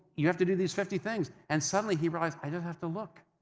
you have to do these fifty things and suddenly, he realized, i just have to look,